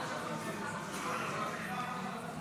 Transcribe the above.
הודעת הממשלה על העברת סמכות מראש הממשלה לשר המורשת.